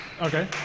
Okay